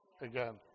again